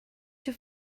too